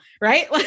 right